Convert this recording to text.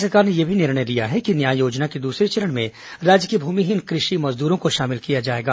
राज्य सरकार ने यह भी निर्णय लिया है कि न्याय योजना के दूसरे चरण में राज्य के भूमिहीन कृषि मजदूरों को शामिल किया जाएगा